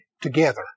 together